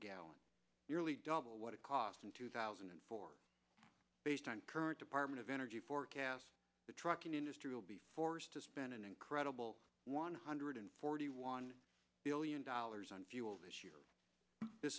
gallon nearly double what it costs in two thousand and four based on current department of energy forecasts the truck industry will be forced to spend an incredible one hundred forty one billion dollars on fuel this year t